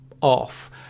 off